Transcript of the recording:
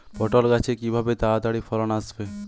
পটল গাছে কিভাবে তাড়াতাড়ি ফলন আসবে?